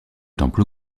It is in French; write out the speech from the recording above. temple